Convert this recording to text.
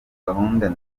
gahunda